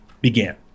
began